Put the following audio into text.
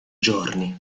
giorni